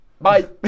Bye